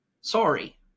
sorry